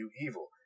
evil